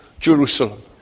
Jerusalem